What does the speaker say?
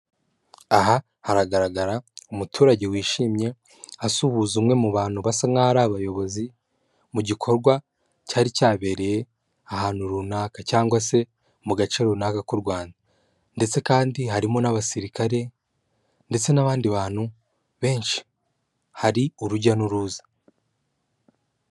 Aha haragaragara umuturage wishimye asuhuza umwe mu bantu basa nkaho'a ari abayobozi mu gikorwa cyari cyabereye ahantu runaka cyangwa se mu gace runaka k'u Rwanda ndetse kandi harimo n'abasirikare ndetse n'abandi bantu benshi hari urujya n'uruza.